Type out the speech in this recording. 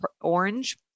orange